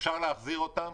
אפשר להחזיר אותם